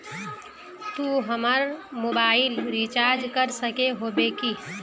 तू हमर mobile recharge कर सके होबे की?